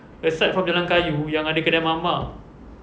aside from jalan kayu yang ada kedai mamak